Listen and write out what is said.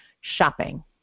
shopping